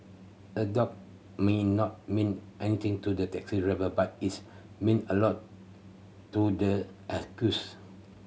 a dog may not mean anything to the taxi driver but it meant a lot to the accused